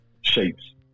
shapes